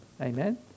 Amen